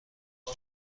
شما